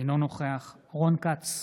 אינו נוכח רון כץ,